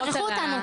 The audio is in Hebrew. שכחו אותנו,